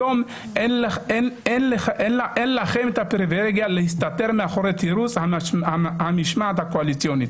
היום אין לכם את הפריווילגיה להסתתר מאחורי תירוץ המשמעת הקואליציונית.